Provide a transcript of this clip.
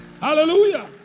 Hallelujah